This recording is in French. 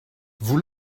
vous